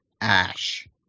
Ash